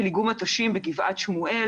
של איגום מטושים בגבעת שמואל.